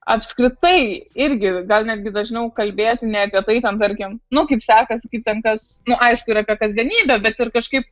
apskritai irgi gal netgi dažniau kalbėti ne apie tai ten tarkim nu kaip sekasi kaip ten kas nu aišku ir apie kasdienybę bet ir kažkaip